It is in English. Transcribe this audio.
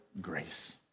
grace